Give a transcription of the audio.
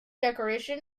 declaration